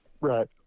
Right